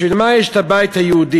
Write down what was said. בשביל מה יש הבית היהודי?